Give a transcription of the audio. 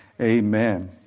Amen